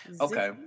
Okay